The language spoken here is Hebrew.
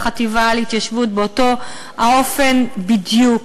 החטיבה להתיישבות באותו האופן בדיוק.